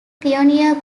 pioneer